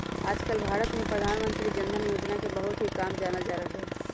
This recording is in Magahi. आजकल भारत में प्रधानमंत्री जन धन योजना के बहुत ही कम जानल जा रहले है